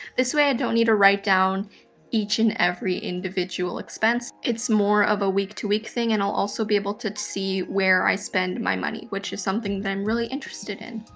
this way i don't need to write down each and every individual expense. it's more of a week to week thing, and i'll also be able to see where i spend my money, which is something that i'm really interested in.